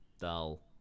dull